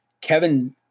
Kevin